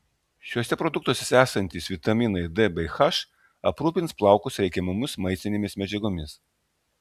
šiuose produktuose esantys vitaminai d bei h aprūpins plaukus reikiamomis maistinėmis medžiagomis